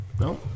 No